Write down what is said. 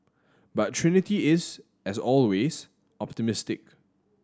but Trinity is as always optimistic